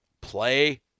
play